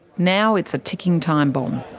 now it's a ticking timebomb.